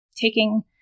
taking